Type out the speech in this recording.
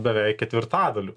beveik ketvirtadaliu